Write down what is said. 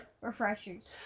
Refreshers